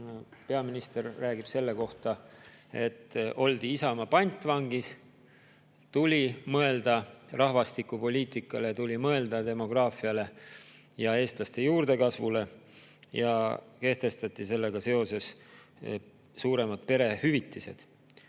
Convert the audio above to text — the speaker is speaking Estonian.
peaminister räägib selle kohta, et oldi Isamaa pantvangis –, sest tuli mõelda rahvastikupoliitikale, tuli mõelda demograafiale ja eestlaste juurdekasvule, siis kehtestati sellega seoses suuremad perehüvitised. Muide,